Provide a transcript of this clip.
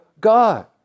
God